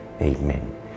Amen